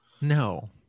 No